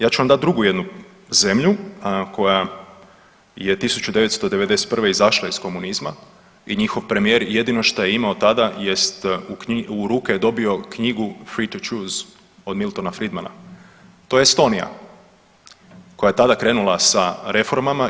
Ja ću vam dati drugu jednu zemlju koja je 1991. izašla iz komunizma i njihov premijer jedino što je je imao tada jest u ruke je dobio knjigu … od Miltona Friedmana, to je Estonija koja je tada krenula sa reformama.